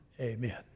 Amen